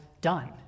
done